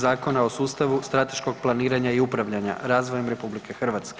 Zakona o sustavu strateškog planiranja i upravljanja razvojem RH.